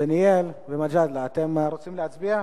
דניאל ומג'דאלה, אתם רוצים להצביע?